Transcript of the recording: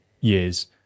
years